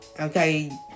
okay